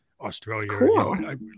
Australia